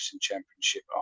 championship